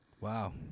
Wow